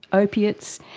opiates.